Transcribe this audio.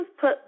put